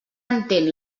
entén